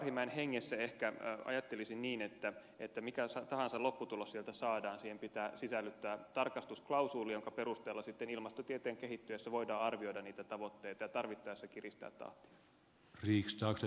arhinmäen hengessä ehkä ajattelisin niin että mikä tahansa lopputulos sieltä saadaan siihen pitää sisällyttää tarkastusklausuuli jonka perusteella sitten ilmastotieteen kehittyessä voidaan arvioida niitä tavoitteita ja tarvittaessa kiristää tahtia